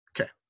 okay